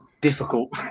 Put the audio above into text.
difficult